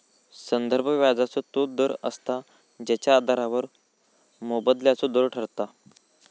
संदर्भ व्याजाचो तो दर असता जेच्या आधारावर मोबदल्याचो दर ठरता